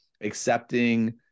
accepting